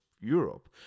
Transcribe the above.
Europe